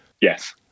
Yes